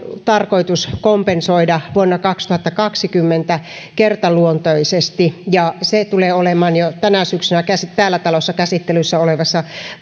tarkoitus kompensoida vuonna kaksituhattakaksikymmentä kertaluontoisesti ja se tulee olemaan jo tänä syksynä tässä talossa käsittelyssä olevassa